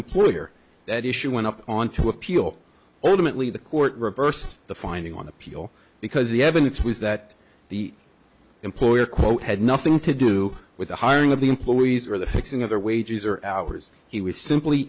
employer that issue went up onto appeal ultimately the court reversed the finding on appeal because the evidence was that the employer quote had nothing to do with the hiring of the employees or the fixing of their wages or hours he was simply